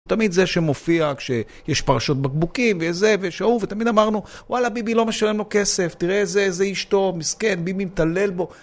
תמיד זה שמופיע כשיש פרשות בקבוקים וזה ויש ההוא, ותמיד אמרנו וואלה ביבי לא משלם לו כסף, תראה איזה אשתו מסכן, ביבי מתעלל בו